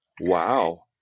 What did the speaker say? Wow